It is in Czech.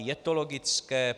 Je to logické?